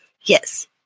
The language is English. yes